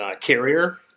carrier